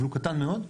אבל הוא קטן מאוד.